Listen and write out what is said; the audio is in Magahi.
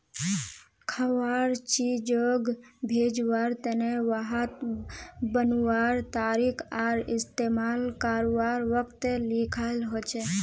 खवार चीजोग भेज्वार तने वहात बनवार तारीख आर इस्तेमाल कारवार वक़्त लिखाल होचे